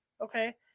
Okay